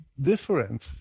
different